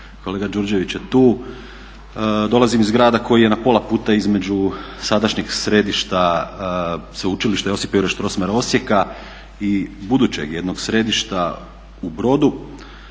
kolega Đurđević je tu. Dolazim iz grada koji je na pola puta između sadašnjeg središta Sveučilišta Josip Juraj Strossmayer Osijeka i budućeg jednog središta u Brodu.